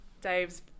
Dave's